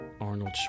Arnold